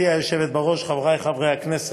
גברתי היושבת בראש, חברי חברי הכנסת,